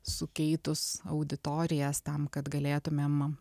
sukeitus auditorijas tam kad galėtumėm